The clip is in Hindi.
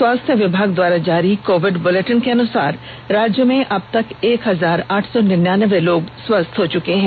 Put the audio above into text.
स्वास्थ्य विभाग द्वारा जारी कोविड बुलेटिन के अनुसार राज्य में अब तक एक हजार आठ सौ निन्यानबे लोग स्वस्थ चके हैं